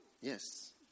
Yes